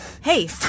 Hey